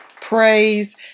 Praise